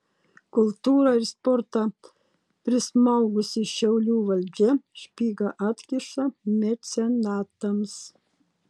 kultūrą ir sportą prismaugusi šiaulių valdžia špygą atkiša mecenatams